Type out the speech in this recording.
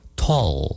tall